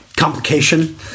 complication